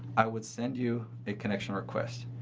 i would send you a connection request.